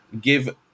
give